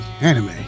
Anime